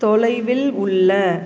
தொலைவில் உள்ள